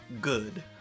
good